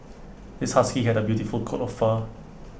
this husky had A beautiful coat of fur